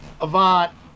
Avant